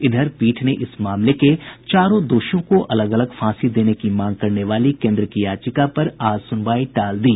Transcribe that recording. इधर पीठ ने इस मामले के चारों दोषियों को अलग अलग फांसी देने की मांग करने वाली केंद्र की याचिका पर आज सुनवाई टाल दी